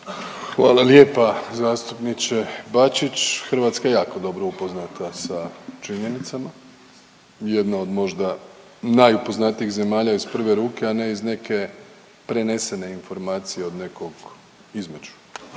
Hvala lijepa zastupniče Bačić, Hrvatska je jako dobro upoznata sa činjenicama, jedna od možda najupoznatijih zemalja iz prve ruke, a ne iz neke prenesene informacije od nekog između,